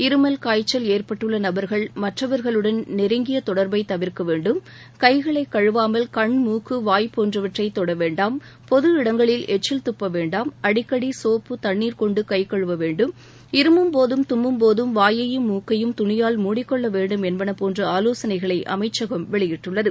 இருமல் காய்ச்சல் ஏற்பட்டுள்ள நபர்கள் மற்றவர்களுடன் நெருங்கிய தொடர்பை தவிர்க்க வேண்டும் கைகளை கழுவாமல் கண் மூக்கு வாய் போன்றவற்றை தொட வேண்டாம் பொது இடங்களில் எச்சில் தப்ப வேண்டாம் அடிக்கடி சோப்பு தண்ணீர் கொண்டு கை கழுவவேண்டும் இருமும்போதும் தும்மும்போதும் வாயையும் மூக்கையும் துணியால் மூடிக்கொள்ள வேண்டும் என்பன போன்ற ஆலோசனைகளை அமைச்சகம் வெளியிட்டுள்ளது